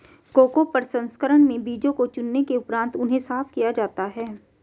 cocoa प्रसंस्करण में बीजों को चुनने के उपरांत उन्हें साफ किया जाता है